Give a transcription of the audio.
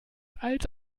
als